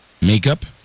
Makeup